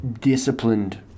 disciplined